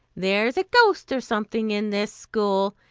there's a ghost or something in this school,